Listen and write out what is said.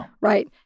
Right